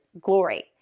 glory